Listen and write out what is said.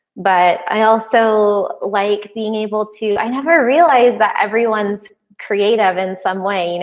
but i also like being able to. i never realized that everyone's creative in some way. you know,